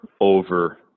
over